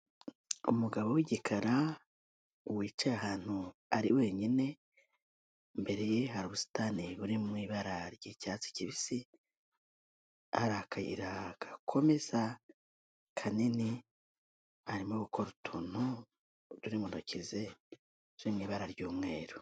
Umugabo w'igikara wicaye ahantu ari wenyine, imbere ye hari ubusitani buri mu ibara ry'icyatsi kibisi, hari akayira gakomeza kanini, arimo gukora utuntu turi mutoki ze turi mu ibara ry'umweru.